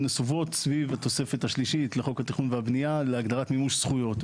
נסובות סביב התוספת השלישית לחוק התכנון והבנייה להגדרת מימוש זכויות.